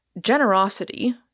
generosity